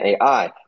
AI